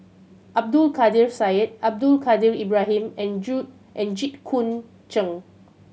Abdul Kadir Syed Abdul Kadir Ibrahim and and Jit Koon Ch'ng